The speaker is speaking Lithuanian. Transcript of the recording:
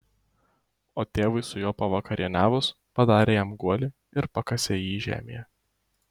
o tėvui su juo pavakarieniavus padarė jam guolį ir pakasė jį žemėje